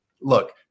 Look